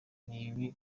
bindi